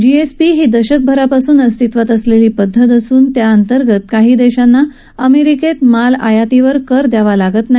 GSP ही दशकभरापासून अस्तिवात असलेली पद्धत असून त्या अंतर्गत काही देशांना अमेरिकेत माल आयातीवर कर द्यावा लागत नाही